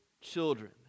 children